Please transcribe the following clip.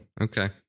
Okay